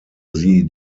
sie